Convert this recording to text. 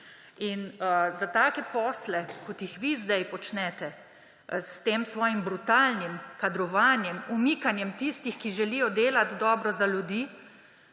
Za take posle, kot jih vi zdaj počnete, s tem svojim brutalnim kadrovanjem, umikanjem tistih, ki želijo delati dobro za ljudi,